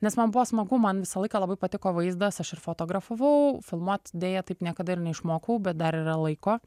nes man buvo smagu man visą laiką labai patiko vaizdas aš ir fotografavau filmuot deja taip niekada ir neišmokau bet dar yra laiko